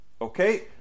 okay